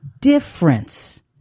difference